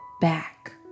back